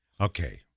Okay